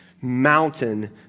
mountain